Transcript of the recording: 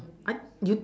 I you